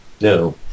No